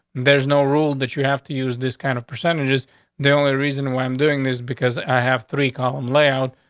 there's no rule that you have to use this kind of percentage is the only reason why i'm doing this because i have three column layout,